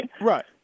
Right